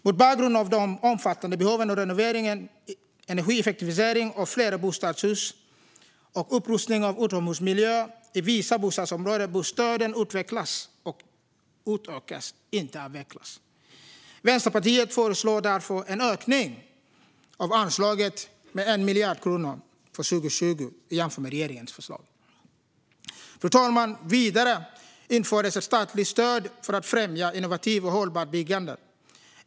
Mot bakgrund av de omfattande behoven av renovering och energieffektivisering av flerbostadshus samt upprustning av utomhusmiljöer i vissa bostadsområden bör stöden utvecklas och utökas, inte avvecklas. Vänsterpartiet föreslår därför en ökning av anslaget med 1 miljard kronor för 2020 jämfört med regeringens förslag. Fru talman! Vidare infördes ett statligt stöd för att främja innovativt och hållbart byggande.